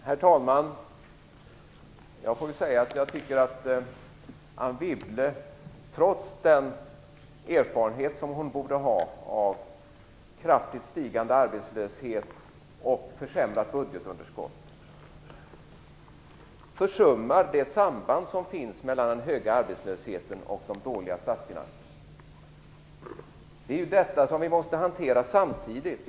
Herr talman! Jag tycker att Anne Wibble, trots den erfarenhet som hon borde ha av kraftigt stigande arbetslöshet och ökat budgetunderskott, försummar det samband som finns mellan den höga arbetslösheten och de dåliga statsfinanserna. Det är ju detta som vi måste hantera samtidigt.